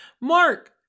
Mark